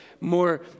more